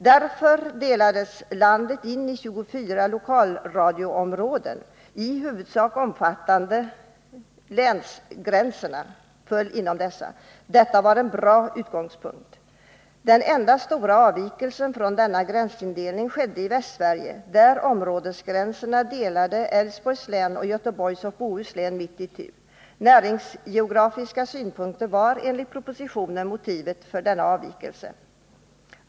Därför delades landet in i 24 lokalradioområden, i huvudsak sammanfallande med länsgränserna. Detta var en bra utgångspunkt. Den enda stora avvikelsen från denna gränsindelning skedde i Västsverige, där områdesgränserna delade Älvsborgs län och Göteborgs och Bohus län mitt itu. Näringsgeografiska synpunkter var enligt propositionen motivet för denna avvikelse.